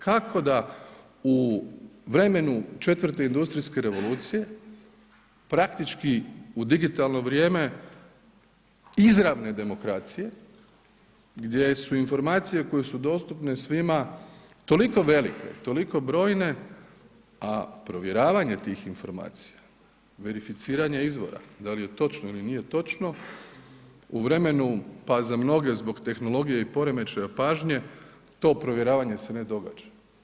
Kako da u vremenu 4-te industrijske revolucije praktički u digitalno vrijeme izravne demokracije, gdje su informacije koje su dostupne svima toliko velike, toliko brojne, a provjeravanje tih informacija, verificiranje izvora, da li je točno ili nije točno, u vremenu, pa za mnoge zbog tehnologije i poremećaja pažnje to provjeravanje se ne događa.